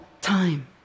time